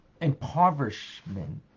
impoverishment